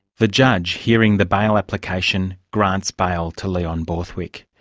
the judge, hearing the bail application, grants bail to leon borthwick.